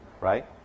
right